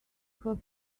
her